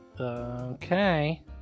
Okay